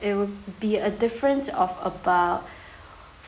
it'll be a different of about